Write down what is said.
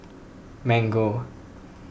Mango